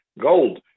gold